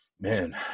Man